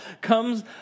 comes